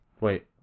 wait